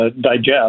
digest